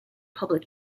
public